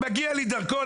מגיע לי דרכון.